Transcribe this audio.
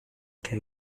can